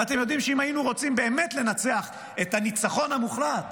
ואתם יודעים שאם היינו רוצים באמת לנצח את הניצחון המוחלט